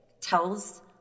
tells